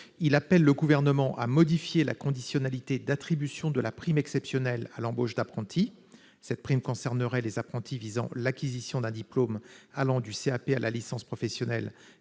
appelons le Gouvernement à modifier les conditions d'attribution de la prime exceptionnelle à l'embauche d'apprentis. Cette prime concernerait les apprentis visant l'acquisition d'un diplôme allant du CAP à la licence professionnelle.